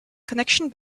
connection